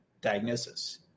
diagnosis